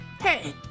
Hey